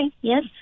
yes